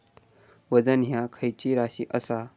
वजन ह्या खैची राशी असा?